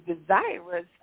desirous